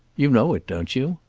you know it, don't you?